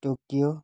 Tokyo